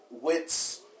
Wits